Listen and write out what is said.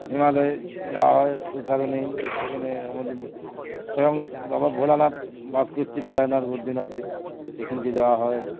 হিমালয়ে যাওয়া হয় ওই কারণেই সেখানে আমাদের স্বয়ং বাবা ভোলানাথ বাস করছে কেদারনাথ বদ্রীনাথে সেখানকে যাওয়া হয়